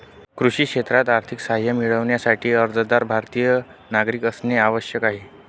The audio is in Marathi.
कृषी क्षेत्रात आर्थिक सहाय्य मिळविण्यासाठी, अर्जदार भारतीय नागरिक असणे आवश्यक आहे